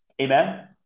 Amen